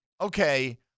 okay